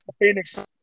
Phoenix